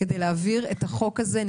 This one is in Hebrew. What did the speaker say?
כדי להעביר את החוק הזה.